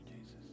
Jesus